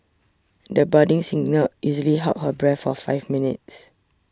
the budding singer easily held her breath for five minutes